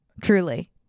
Truly